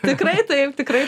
tikrai taip tikrai